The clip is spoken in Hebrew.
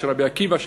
שרבי עקיבא,